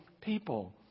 people